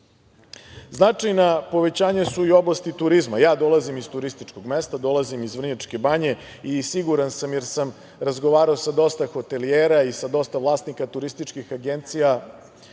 poraste. Značajna povećanja su i u oblasti turizma. Dolazim iz turističkog mesta, dolazim iz Vrnjačke Banje, i siguran sam, jer sam razgovarao sa dosta hotelijera i sa dosta vlasnika turističkih agencija,